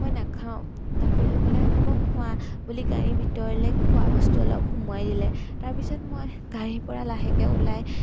মই নাখাওঁ তাৰপিছত ক'লে হ'ব খোৱা বুলি গাড়ীৰ ভিতৰলৈ খোৱাবস্তু অলপ সোমাই দিলে তাৰপিছত মই গাড়ীৰ পৰা লাহেকৈ ওলাই